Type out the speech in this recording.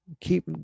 keep